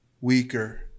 weaker